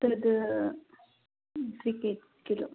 तद् द्वि के किलो